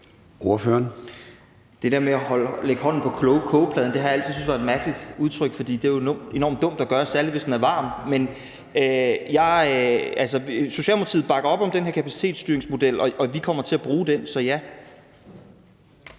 Det der med at lægge hånden på kogepladen har jeg altid syntes var et mærkeligt udtryk, for det er jo enormt dumt at gøre, særlig hvis den er varm. Men Socialdemokratiet bakker op om den her kapacitetsstyringsmodel, og vi kommer til at bruge den, så